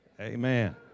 Amen